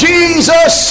Jesus